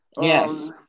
Yes